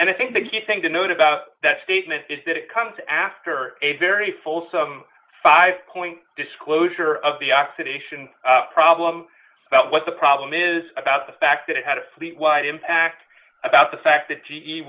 and i think the key thing to note about that statement is that it comes after a very fulsome five point disclosure of the oxidation problem about what the problem is about the fact that it had a fleet wide impact about the fact that